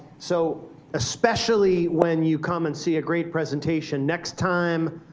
so especially when you come and see a great presentation, next time,